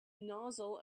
nozzle